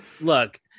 look